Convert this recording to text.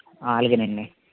అలాగే అండి